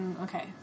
Okay